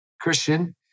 Christian